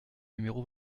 numéro